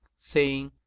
saying,